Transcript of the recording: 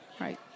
Right